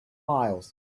miles